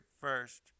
first